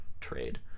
trade